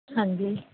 ਹਾਂਜੀ